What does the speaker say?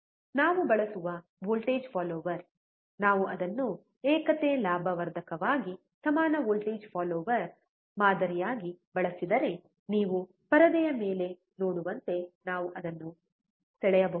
ನಾವು ಬಳಸುವ voltage follower ನಾವು ಅದನ್ನು ಏಕತೆ ಲಾಭ ವರ್ಧಕವಾಗಿ ಸಮಾನ ವೋಲ್ಟೇಜ್ ಫಾಲ್ಲೋರ್ ಮಾದರಿಯಾಗಿ ಬಳಸಿದರೆ ನೀವು ಪರದೆಯ ಮೇಲೆ ನೋಡುವಂತೆ ನಾವು ಅದನ್ನು ಸೆಳೆಯಬಹುದು